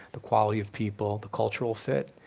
the quality of people, the cultural fit,